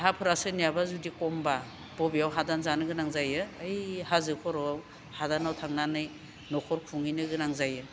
हाफोरा सोरनियाबा जुदि खमब्ला बबेयाव हादान जानो गोनां जायो ओइ हाजो खर'आव हादानाव थांनानै न'खर खुंहैनो गोनां जायो